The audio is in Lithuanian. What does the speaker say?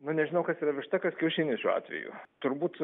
nu nežinau kas yra višta kas kiaušinis šiuo atveju turbūt